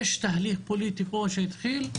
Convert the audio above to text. יש תהליך פוליטי פה שהתחיל,